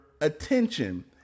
attention